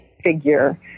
figure